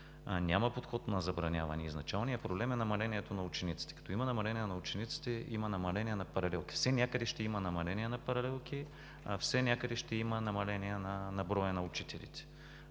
Няма подход на забраняване. Изначалният проблем е намалението на учениците. Като има намаление на учениците, има намаление на паралелките. Все някъде ще има намаление на паралелки, все някъде ще има намаление на броя на учителите.